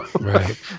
Right